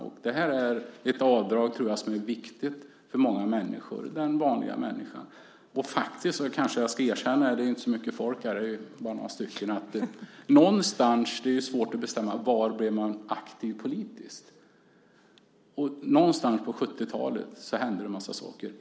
Samtidigt tror jag att det här är ett viktigt avdrag för många vanliga människor. Jag ska kanske erkänna en sak; det är ju inte så mycket folk i kammaren. Det är svårt att avgöra var man blir politiskt aktiv. Någon gång på 70-talet hände en massa saker.